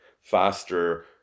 faster